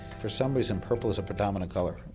for some reason, purple is a predominant color.